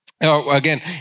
again